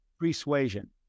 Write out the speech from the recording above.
persuasion